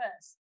first